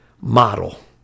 model